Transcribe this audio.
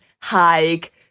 hike